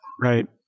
Right